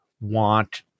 want